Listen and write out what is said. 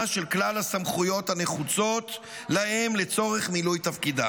של כלל הסמכויות הנחוצות להם לצורך מילוי תפקידם,